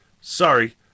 Sorry